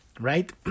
right